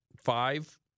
five